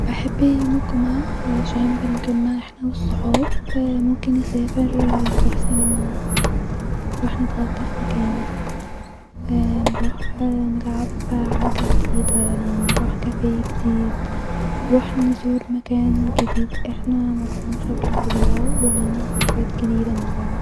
بحب يوم الجمعه عشان بنتحمع احنا والصحاب-ممكن نسافر-نروح سينما-نروح نتغدا في مكان نروح نلعب حاجه جديده-نروح كافيه جديد-نروح نزور مكان جديد-احنا ماروحناهوش قبل كده ونعمل ذكرايات جديده مع بعض